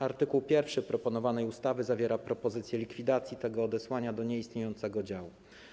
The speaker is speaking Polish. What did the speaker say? Art. 1 proponowanej ustawy zawiera propozycję likwidacji tego odesłania do nieistniejącego działu.